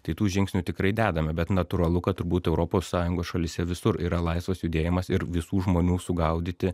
tai tų žingsnių tikrai dedame bet natūralu kad turbūt europos sąjungos šalyse visur yra laisvas judėjimas ir visų žmonių sugaudyti